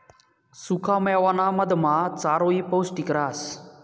सुखा मेवाना मधमा चारोयी पौष्टिक रहास